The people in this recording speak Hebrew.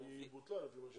היא בוטלה, לפי מה שאני מבין.